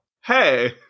hey